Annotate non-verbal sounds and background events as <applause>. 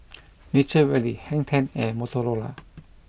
<noise> Nature Valley Hang Ten and Motorola